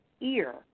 ear